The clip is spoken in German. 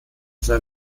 sein